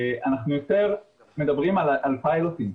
אנחנו יותר מדברים על פיילוטים.